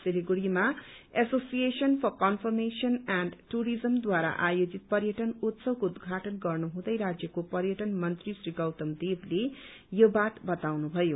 सिलगढ़ीमा association for confirmation and टुरिजमद्वारा आयोजित पर्यटन उत्सवको उटुघाटन गर्नुहुँदै राज्यको पर्यटन मन्त्री श्री गौतम देवले यो बात बताउनुभयो